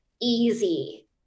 easy